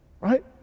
right